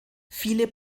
viele